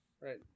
right